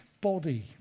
body